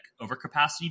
overcapacity